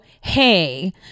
hey